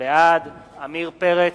בעד עמיר פרץ,